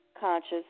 conscious